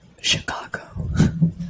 Chicago